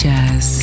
Jazz